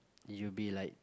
it will be like